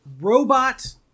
robot